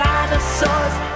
Dinosaurs